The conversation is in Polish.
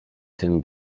tym